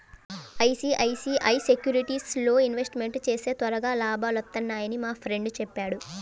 ICICI సెక్యూరిటీస్లో investment చేస్తే త్వరగా లాభాలొత్తన్నయ్యని మా ఫ్రెండు చెప్పాడు